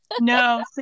No